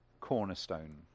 cornerstone